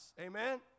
Amen